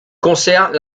concerne